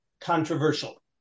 controversial